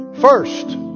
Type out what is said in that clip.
first